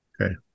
Okay